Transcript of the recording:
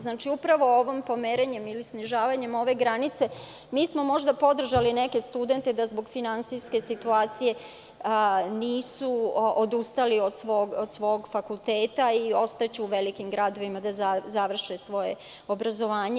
Znači, upravo ovim pomeranjem i snižavanje ove granice, možda smo podržali neke studente da zbog finansijske situacije nisu odustali od svog fakulteta i ostaće u velikim gradovima da završe svoje obrazovanje.